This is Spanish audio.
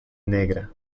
negra